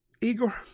Igor